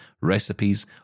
recipes